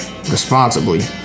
responsibly